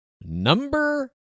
Number